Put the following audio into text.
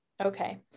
Okay